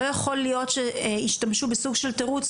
לא יכול להיות שישתמשו בסוג של תירוץ,